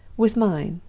was mine,